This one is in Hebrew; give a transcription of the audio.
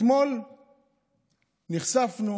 אתמול נחשפנו